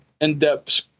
in-depth